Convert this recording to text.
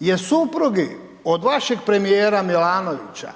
je supruzi od vašeg premijera Milanovića